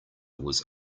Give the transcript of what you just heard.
was